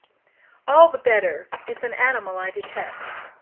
all the better. it's an animal i detest.